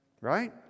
right